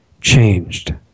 changed